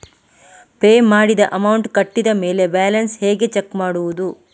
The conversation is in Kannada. ಪೇ ಮಾಡಿದ ಅಮೌಂಟ್ ಕಟ್ಟಿದ ಮೇಲೆ ಬ್ಯಾಲೆನ್ಸ್ ಹೇಗೆ ಚೆಕ್ ಮಾಡುವುದು?